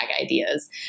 ideas